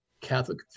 Catholic